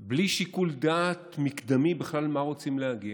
בלי שיקול דעת מקדמי בכלל למה רוצים להגיע.